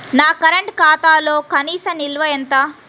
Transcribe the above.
నా కరెంట్ ఖాతాలో కనీస నిల్వ ఎంత?